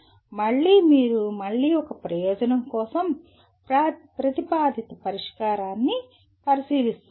మళ్ళీ మీరు మళ్ళీ ఒక ప్రయోజనం కోసం ప్రతిపాదిత పరిష్కారాన్ని పరిశీలిస్తున్నారు